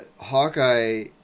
Hawkeye